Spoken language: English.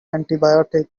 antibiotics